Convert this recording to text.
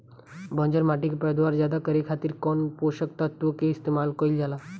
बंजर माटी के पैदावार ज्यादा करे खातिर कौन पोषक तत्व के इस्तेमाल कईल जाला?